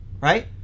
right